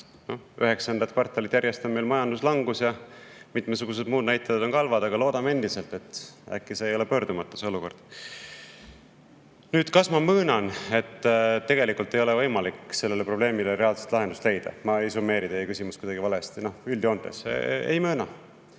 kvartalit järjest on meil majanduslangus ja mitmesugused muud näitajad on ka halvad, aga loodame endiselt, et äkki see olukord ei ole pöördumatu. Kas ma möönan, et tegelikult ei ole võimalik sellele probleemile reaalset lahendust leida? Ma ei summeeri teie küsimust kuidagi valesti, üldjoontes. Ei mööna.